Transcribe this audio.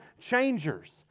changers